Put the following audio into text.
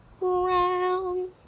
round